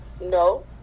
no